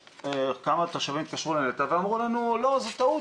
כמה תושבים התקשרו לנת"ע ואמרו לנו 'לא, זו טעות,